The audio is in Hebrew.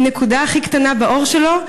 מנקודה הכי קטנה בעור שלו,